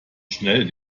schnell